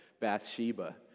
Bathsheba